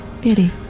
Beauty